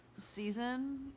season